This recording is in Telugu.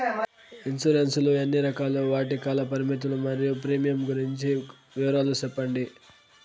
ఇన్సూరెన్సు లు ఎన్ని రకాలు? వాటి కాల పరిమితులు మరియు ప్రీమియం గురించి వివరాలు సెప్పండి?